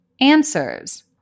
answers